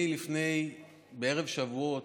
בערב שבועות,